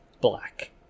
black